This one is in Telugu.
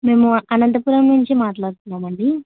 మేము అనంతపురం నుంచి మాట్లాడుతున్నామండి